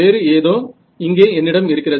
வேறு ஏதோ இங்கே என்னிடம் இருக்கிறது